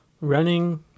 running